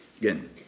again